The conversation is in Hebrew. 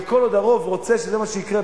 וכל עוד הרוב רוצה שזה מה שיקרה,